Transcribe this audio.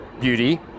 beauty